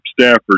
Stafford